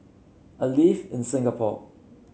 I live in Singapore